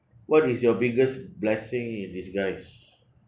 what is your biggest blessing in disguise